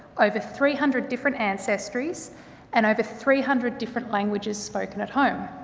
over three hundred different ancestries and over three hundred different languages spoken at home.